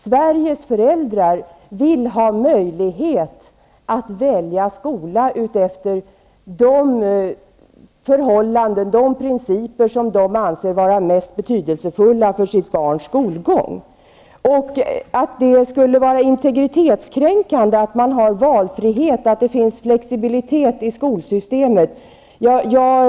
Sveriges föräldrar vill ha möjlighet att välja skola utifrån de förhållanden och de principer som de anser vara mest betydelsefulla för sina barns skolgång. Att det skulle vara integritetskränkande att man har valfrihet och att det finns flexibilitet i skolsystemet förstår jag inte.